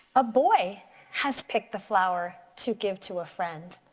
a boy has picked the flower to give to a friend.